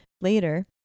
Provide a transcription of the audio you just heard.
Later